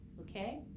okay